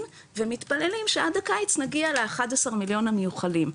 ומתפללים שעד הקיץ נגיע ל-11 מיליון המיוחלים,